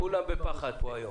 כולם בפחד פה היום.